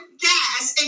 gas